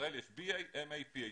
בישראל יש BA, MA ו-PHD.